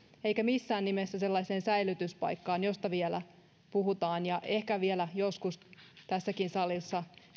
eikä missään nimessä sellaiseen säilytyspaikkaan josta vielä puhutaan ja jonka kaltaista puhetta ehkä vielä joskus tässäkin salissa